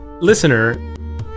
listener